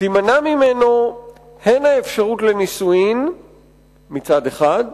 תימנע ממנו הן אפשרות לנישואים מצד אחד,